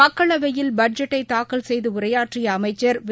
மக்களவையில் பட்ஜெட்டைதாக்கல் செய்துஉரையாற்றியஅமைச்சா்